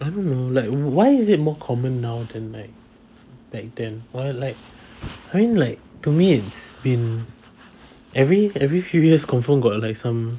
I don't know like why is it more common now than like back then or like I mean like to me it's been every every few years confirm got like some